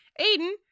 Aiden